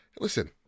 Listen